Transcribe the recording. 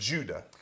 Judah